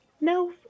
No